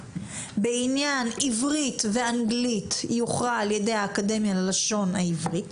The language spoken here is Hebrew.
בעניין עברית ואנגלית יוכרע על ידי האקדמיה ללשון העברית,